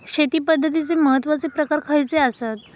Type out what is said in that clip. शेती पद्धतीचे महत्वाचे प्रकार खयचे आसत?